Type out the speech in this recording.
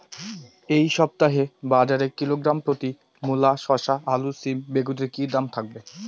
এই সপ্তাহে বাজারে কিলোগ্রাম প্রতি মূলা শসা আলু সিম বেগুনের কী দাম থাকবে?